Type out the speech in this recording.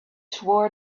swore